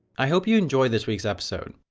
i hope you enjoyed this week's episode,